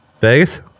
Vegas